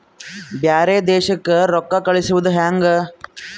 ಬ್ಯಾರೆ ದೇಶಕ್ಕೆ ರೊಕ್ಕ ಕಳಿಸುವುದು ಹ್ಯಾಂಗ?